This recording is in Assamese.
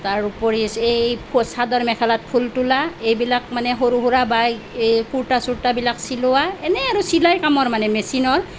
তাৰ উপৰি এই চাদৰ মেখেলাত ফুল তোলা এইবিলাক মানে সৰু সুৰা বা এই কুৰ্টা চুৰ্টাবিলাক চিলোৱা এনেই আৰু চিলাই কামৰ মানে মেচিনৰ